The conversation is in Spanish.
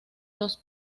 los